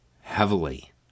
heavily